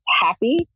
happy